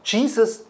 Jesus